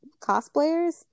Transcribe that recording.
cosplayers